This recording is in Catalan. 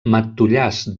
matollars